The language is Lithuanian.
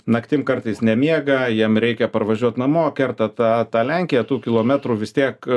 naktim kartais nemiega jiem reikia parvažiuot namo kerta tą tą lenkiją tų kilometrų vis tiek